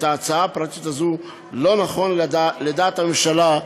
את ההצעה הפרטית הזאת לא נכון לקדם, לדעת הממשלה,